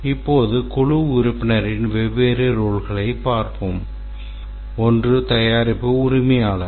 இப்போது குழு உறுப்பினரின் வெவ்வேறு ரோல்களைப் பார்ப்போம் ஒன்று தயாரிப்பு உரிமையாளர்